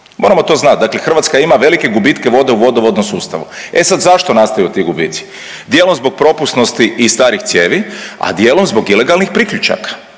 moramo to znat, dakle Hrvatska ima velike gubitke vode u vodovodnom sustavu. E sad zašto nastaju ti gubici? Dijelom zbog propusnosti i starih cijevi, a dijelom zbog ilegalnih priključaka.